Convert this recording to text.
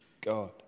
God